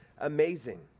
amazing